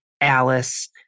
Alice